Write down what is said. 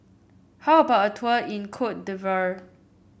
how about a tour in Cote d'Ivoire